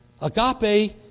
Agape